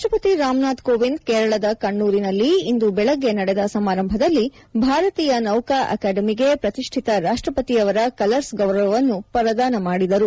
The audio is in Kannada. ರಾಷ್ಟ್ರಪತಿ ರಾಮನಾಥ್ ಕೋವಿಂದ್ ಕೇರಳದ ಕಣ್ಡೂರಿನಲ್ಲಿ ಇಂದು ಬೆಳಗ್ಗೆ ನಡೆದ ಸಮಾರಂಭದಲ್ಲಿ ಭಾರತೀಯ ನೌಕಾ ಅಕಾಡೆಮಿಗೆ ಪ್ರತಿಷ್ಠಿತ ರಾಷ್ಟ್ರಪತಿಯವರ ಕಲರ್ಪ್ ಗೌರವವನ್ನು ಪ್ರದಾನ ಮಾಡಿದರು